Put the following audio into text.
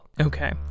Okay